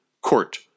court